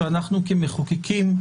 אנחנו כמחוקקים,